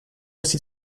aussi